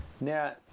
Now